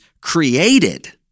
created